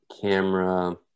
camera